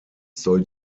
soll